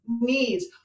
knees